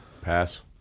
Pass